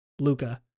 Luca